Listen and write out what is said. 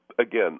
Again